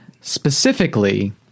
specifically